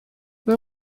ble